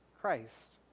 christ